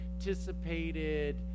anticipated